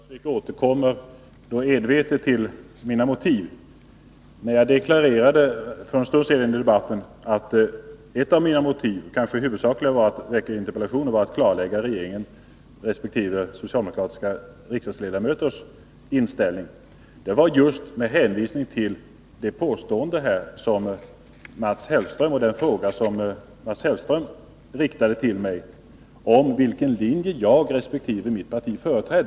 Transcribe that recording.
Fru talman! Lena Öhrsvik återkommer envetet till mina motiv. Jag deklarerade för en stund sedan i debatten att ett av mina motiv, kanske det huvudsakliga, för att väcka interpellationen var att klarlägga regeringens resp. socialdemokratiska riksdagsledamöters inställning. Jag sade detta just med hänvisning till Mats Hellströms fråga till mig rörande vilken linje jag resp. mitt parti företrädde.